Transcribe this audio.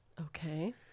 Okay